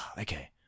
okay